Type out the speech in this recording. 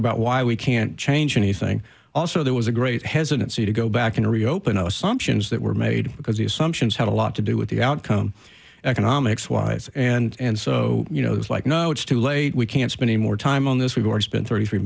about why we can't change anything also there was a great hesitancy to go back in to reopen assumptions that were made because the assumptions have a lot to do with the outcome economics wise and so you know it's like no it's too late we can't spend any more time on this we've already spent thirty three